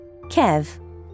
Kev